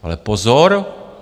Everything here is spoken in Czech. Ale pozor!